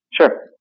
Sure